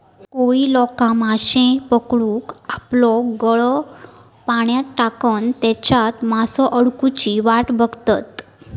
कोळी लोका माश्ये पकडूक आपलो गळ पाण्यात टाकान तेच्यात मासो अडकुची वाट बघतत